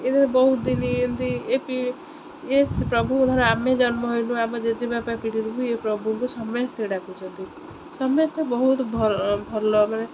ଏଥିରେ ବହୁତ ଦିନ ଏମିତି ଏପି ଏ ପ୍ରଭୁ ଧର ଆମେ ଜନ୍ମ ହେଇନୁ ଆମ ଜେଜେବାପା ପିଢ଼ିରୁ ବି ଏ ପ୍ରଭୁକୁ ସମସ୍ତେ ଡାକୁଛନ୍ତି ସମସ୍ତେ ବହୁତ ଭଲ ଭଲ ମାନେ